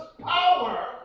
power